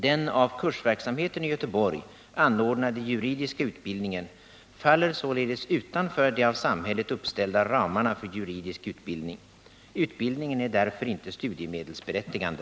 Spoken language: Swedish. Den av Kursverksamheten i Göteborg anordnade juridiska utbildningen faller således utanför de av samhället uppställda ramarna för juridisk utbildning. Utbildningen är därför inte studiemedelsberättigande.